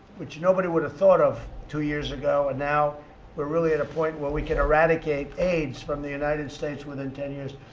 which nobody would've thought of two years ago. and now we're really at a point where we can eradicate aids from the united states within ten years.